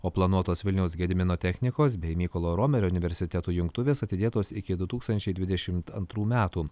o planuotos vilniaus gedimino technikos bei mykolo romerio universitetų jungtuvės atidėtos iki du tūkstančiai dvidešimt antrų metų